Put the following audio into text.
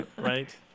right